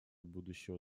будущего